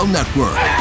Network